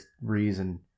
reason